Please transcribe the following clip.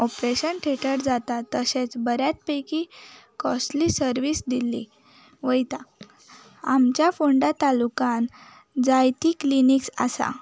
operation theatre जाता तशेंच बऱ्या पैकी कोस्टली सर्वीस दिल्ली वयता आमच्या फोंडा तालुकांत जायती क्लिनीक्स आसा